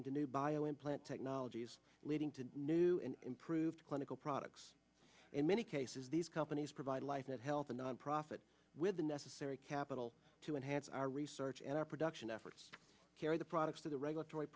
into new bio implant technologies leading to new and improved clinical products in many cases these companies provide life and health and nonprofit with the necessary capital to enhance our research and our production efforts carry the products to the regulatory